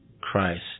Christ